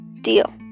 deal